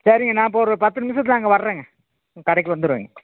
சரிங்க நான் இப்போ ஒரு பத்து நிமிஷத்துல அங்கே வர்றேங்க ம் கடைக்கு வந்துடுவேங்க